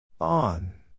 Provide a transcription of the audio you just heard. on